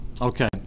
Okay